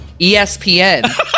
ESPN